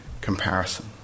comparison